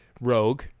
Rogue